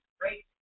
great